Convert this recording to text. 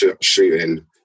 shooting